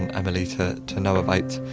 and emily to to know about.